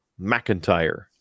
McIntyre